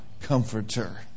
comforter